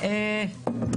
קבועה,